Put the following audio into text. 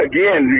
Again